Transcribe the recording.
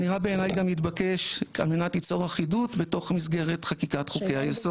נראה בעיני גם מתבקש על מנת ליצור אחידות בתוך מסגרת חקיקת חוקי היסוד.